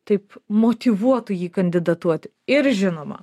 taip motyvuotų jį kandidatuoti ir žinoma